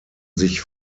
sich